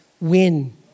win